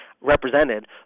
represented